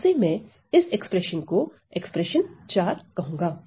अब से मैं इस व्यंजक को व्यंजक IV कहूंगा